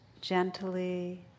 gently